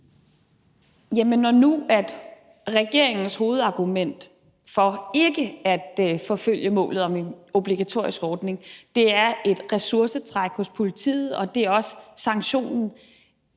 Jamen når nu regeringens hovedargument for ikke at forfølge målet om en obligatorisk ordning er ressourcetrækket hos politiet og det også er sanktionen,